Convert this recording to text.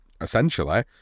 essentially